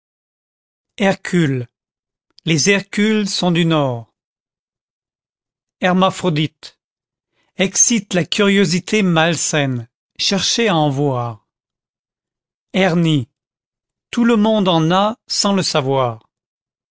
hercule les hercules sont du nord hermaphrodite excite la curiosité malsaine chercher à en voir hernie tout le monde en a sans le savoir